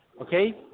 okay